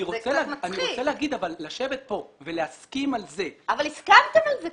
אני רוצה לומר אבל לשבת כאן ולהסכים על זה --- אבל כבר הסכמתם על זה.